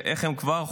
ואיך הם כבר חושבים,